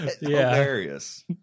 Hilarious